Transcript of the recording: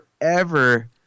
forever